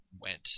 went